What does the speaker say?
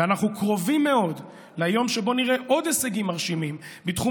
ואנחנו קרובים מאוד ליום שבו נראה עוד הישגים מרשימים בתחום